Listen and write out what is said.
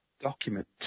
document